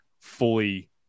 fully